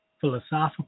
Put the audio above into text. philosophical